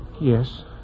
Yes